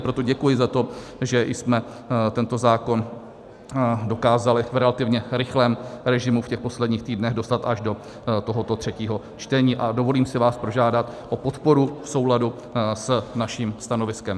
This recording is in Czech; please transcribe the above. Proto děkuji za to, že jsme tento zákon dokázali v relativně rychlém režimu v těch posledních týdnech dostat až do tohoto třetího čtení, a dovolím si vás požádat o podporu v souladu s naším stanoviskem.